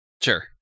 Sure